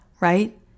right